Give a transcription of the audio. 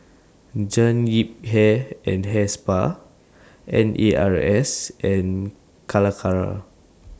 Jean Yip Hair and Hair Spa N A R S and Calacara